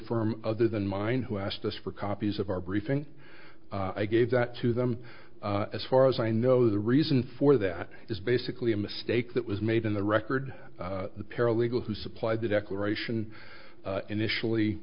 firm other than mine who asked us for copies of our briefing i gave that to them as far as i know the reason for that is basically a mistake that was made in the record the paralegal who supplied the declaration initially